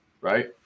right